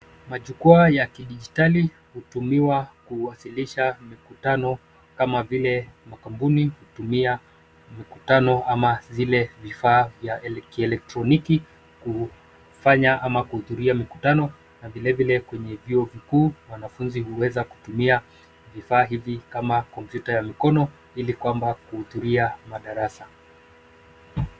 Majukwaa ya kidijitali hutumiwa kuwasilisha mikutano kama vile makampuni hutumia mikutano ama zile vifaa vya kielektroniki kufanya ama kuhudhuria mikutano na vilevile kwenye vyuo vikuu wanafunzi huweza kutumia vifa hivi kama kompyuta ya mikono ili kwamba kuhudhuria madarasa.